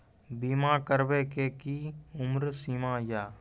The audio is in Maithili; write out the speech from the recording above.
बीमा करबे के कि उम्र सीमा या?